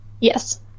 Yes